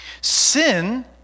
Sin